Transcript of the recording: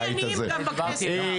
גם הכי ענייניים בכנסת.